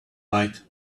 bite